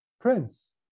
Prince